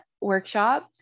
workshop